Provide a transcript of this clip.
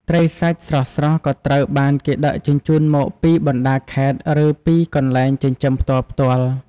ត្រីសាច់ស្រស់ៗក៏ត្រូវបានគេដឹកជញ្ជូនមកពីបណ្តាខេត្តឬពីកន្លែងចិញ្ចឹមផ្ទាល់ៗ។